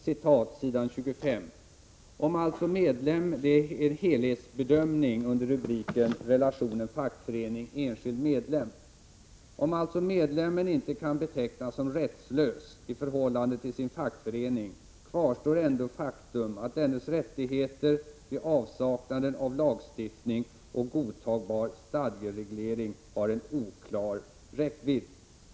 Under rubriken Relationen fackförening-enskild medlem görs en helhetsbedömning, och på s. 25 står det: ”Om alltså medlemmen inte kan betecknas som rättslös i förhållande till sin fackförening kvarstår ändå faktum att dennes rättigheter vid avsaknaden av lagstiftning och godtagbar stadgereglering har en oklar räckvidd.